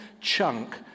chunk